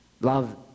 love